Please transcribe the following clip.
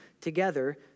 together